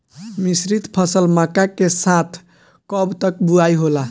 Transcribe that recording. मिश्रित फसल मक्का के साथ कब तक बुआई होला?